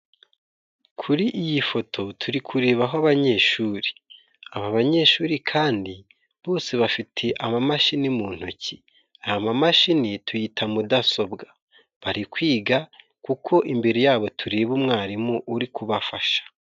Kuri iyi foto turi kurebaho abanyeshuri. aba banyeshuri kandi bose bafite amamashini mu ntoki, aya mamashini tuyita mudasobwa. Bari kwiga kuko imbere yabo tureba umwarimu uri kubafasha.